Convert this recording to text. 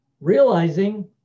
Realizing